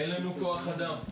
אין לנו כוח אדם.